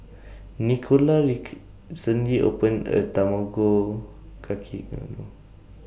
Nicola opened A Tamago Kake